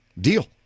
Deal